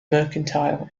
mercantile